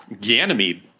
Ganymede